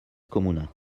comuna